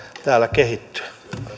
täällä kehittyä